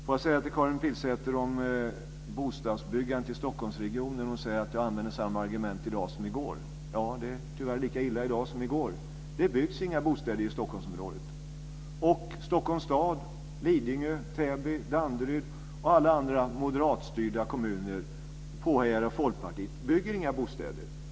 Får jag säga till Karin Pilsäter om bostadsbyggandet i Stockholmsregionen, när hon säger att jag använder samma argument som jag använde i går, att det tyvärr är lika illa i dag som i går. Det byggs inga bostäder i Stockholmsområdet. Stockholms stad, Lidingö, Täby, Danderyd och alla andra moderatstyrda kommuner, påhejade av Folkpartiet, bygger inga bostäder.